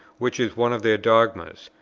which is one of their dogmas,